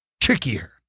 Trickier